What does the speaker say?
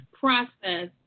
process